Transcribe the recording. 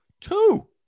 Two